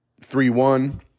three-one